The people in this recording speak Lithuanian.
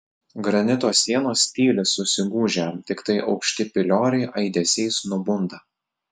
granito sienos tyli susigūžę tiktai aukšti pilioriai aidesiais nubunda